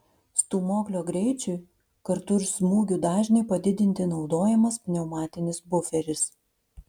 stūmoklio greičiui kartu ir smūgių dažniui padidinti naudojamas pneumatinis buferis